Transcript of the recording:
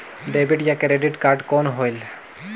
Debit या credit card कौन होएल?